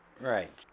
Right